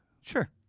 sure